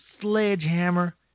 sledgehammer